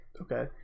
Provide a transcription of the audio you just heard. Okay